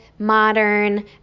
Modern